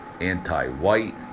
anti-white